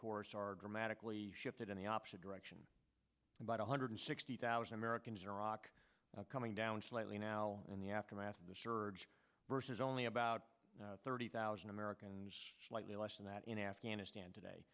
course are dramatically shifted in the opposite direction about one hundred sixty thousand americans iraq coming down slightly now in the aftermath of the surge versus only about thirty thousand americans slightly less than that in afghanistan today